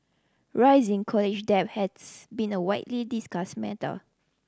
rising college debt has been a widely discussed matter